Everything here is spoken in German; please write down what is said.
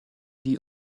die